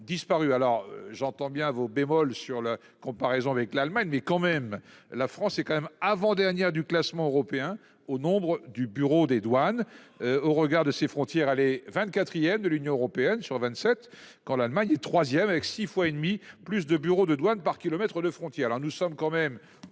alors j'entends bien vos bémol sur la comparaison avec l'Allemagne, mais quand même la France est quand même avant-dernière du classement européen au nombre du bureau des douanes. Au regard de ses frontières, à les 24ème de l'Union Européenne sur 27 quand l'Allemagne est 3ème avec 6 fois et demie plus de bureau de douane par km de frontière